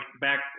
back